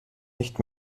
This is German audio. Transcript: nicht